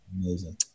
amazing